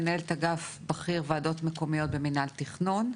אני מנהלת אגף בכיר ועדות מקומיות במנהל התכנון.